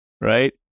right